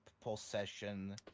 possession